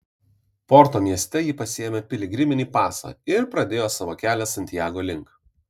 porto mieste ji pasiėmė piligriminį pasą ir pradėjo savo kelią santiago link